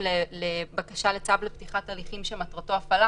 לבקשה לצו לפתיחת הליכים שמטרתו הפעלה.